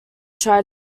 try